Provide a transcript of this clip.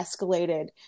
escalated